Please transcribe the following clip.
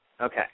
Okay